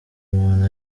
umuntu